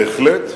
בהחלט,